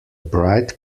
bright